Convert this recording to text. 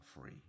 free